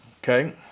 Okay